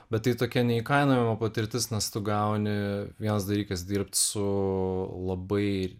bet tai tokia neįkainojama patirtis nes tu gauni vienas dalykas dirbt su labai